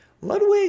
Ludwig